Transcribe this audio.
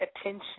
attention